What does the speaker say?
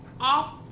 off